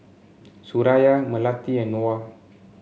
Suraya Melati and Noah